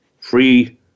free